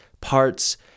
parts